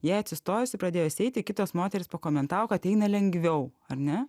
jai atsistojus ir pradėjus eiti kitos moterys pakomentavo kad eina lengviau ar ne